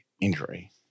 injury